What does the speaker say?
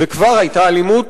וכבר היתה שם אלימות,